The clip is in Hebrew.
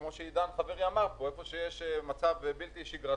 כמו שעידן חברי אמר פה, כשיש מצב בלתי שגרתי,